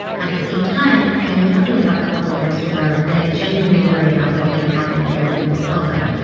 at the same time, i know nothing about the couple next door, and i genuinely worry about what might happen if there are people of color.